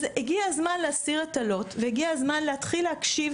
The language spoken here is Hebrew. אז הגיע הזמן להסיר את הלוט והגיע הזמן להתחיל להקשיב,